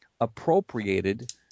appropriated